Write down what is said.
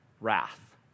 wrath